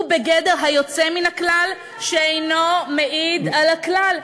הוא בגדר היוצא מן הכלל שאינו מעיד על הכלל.